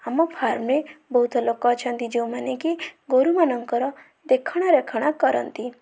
ଆମ ଫାର୍ମରେ ବହୁତ ଲୋକ ଅଛନ୍ତି ଯୋଉମାନେ କି ଗୋରୁମାନଙ୍କର ଦେଖଣା ରେଖଣା କରନ୍ତି